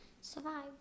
survive